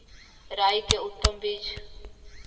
राई के उतम बिज?